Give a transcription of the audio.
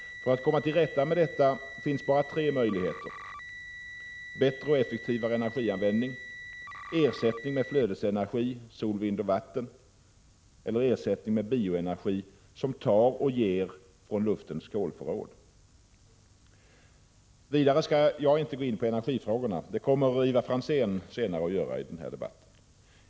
För att komma till rätta med detta finns bara tre möjligheter: bättre och effektivare energianvändning, ersättning med flödesenergi — sol, vind och vatten — och ersättning med bioenergi, som tar och ger ifrån luftens kolförråd. Vidare skall jag inte gå i energifrågorna. Det kommer Ivar Franzén senare att göra.